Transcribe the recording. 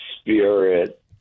spirit